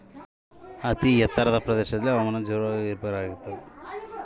ಯಾವ ಪ್ರದೇಶಗಳಲ್ಲಿ ಹವಾಮಾನ ಜೋರಾಗಿ ಏರು ಪೇರು ಆಗ್ತದೆ?